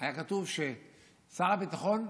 היה כתוב ששר הביטחון,